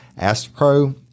AstroPro